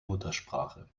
muttersprache